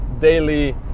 daily